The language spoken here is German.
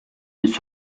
bis